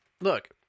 look